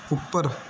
ਉੱਪਰ